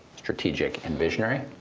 strategic, and visionary.